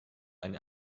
eine